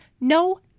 no